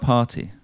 Party